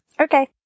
Okay